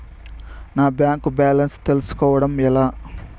నా bank balance తెలుస్కోవడం ఎలా?